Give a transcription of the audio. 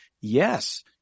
yes